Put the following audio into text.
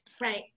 Right